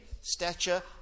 stature